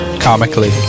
Comically